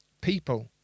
people